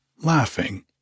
laughing